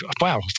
wow